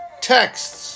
texts